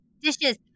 Dishes